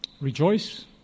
Rejoice